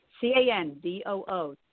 c-a-n-d-o-o